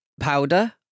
powder